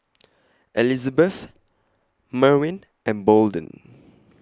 Elizebeth Merwin and Bolden